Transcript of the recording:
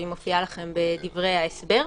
והיא מופיעה בדברי ההסבר,